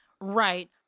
Right